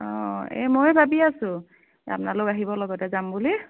অঁ এই মইয়ো ভাবি আছোঁ এই আপোনালোক আহিব লগতে যাম বুলি